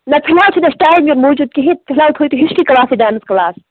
نَہ فِلحال چھُنہٕ اَسہِ ٹایم یمہِ موٗجوٗب کِہیٖنۍ فِلحال تھٲیو تُہی ہسٹری کٕلاسٕے ڈانس کٕلاس